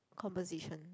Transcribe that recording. composition